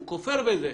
הוא כופר בזה.